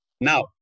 Now